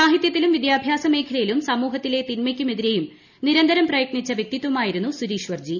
സാഹിത്യത്തിലും വിദ്യാഭ്യാസ മേഖലയിലും സമൂഹത്തിലെ തിൻമയ്ക്കുമെതിരെയും നിരന്തരം പ്രയത്നിച്ച വൃക്തിത്വമായിരുന്നു സൂരിശ്വർജി